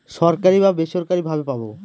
সরকারি বা বেসরকারি ভাবে পাবো